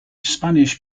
spanish